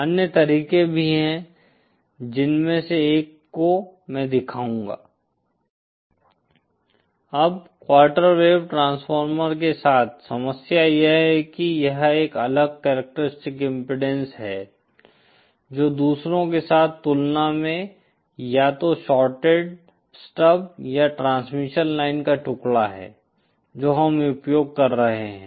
अन्य तरीके भी हैं जिनमें से एक को मैं दिखाऊंगा अब क्वार्टर वेव ट्रांसफार्मर के साथ समस्या यह है कि यह एक अलग कॅरक्टरिस्टीक्स इम्पीडेन्स है जो दूसरों के साथ तुलना में या तो शॉर्टेड स्टब या ट्रांसमिशन लाइन का टुकड़ा है जो हम उपयोग कर रहे हैं